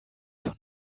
von